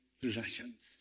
possessions